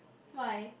why